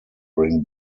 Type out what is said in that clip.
bring